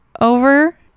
over